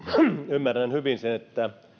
ymmärrän hyvin sen että